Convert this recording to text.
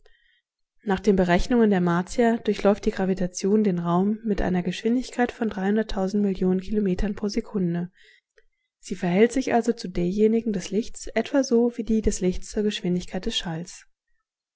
nach den berechnungen der martier durchläuft die gravitation den raum mit einer geschwindigkeit von kilometern pro sekunde sie verhält sich also zu derjenigen des lichts etwa so wie die des lichts zur geschwindigkeit des